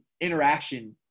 interaction